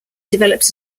developed